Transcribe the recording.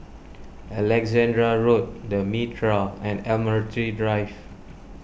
Alexandra Road the Mitraa and Admiralty Drive